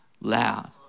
loud